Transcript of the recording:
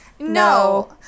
No